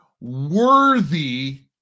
worthy